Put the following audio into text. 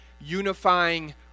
unifying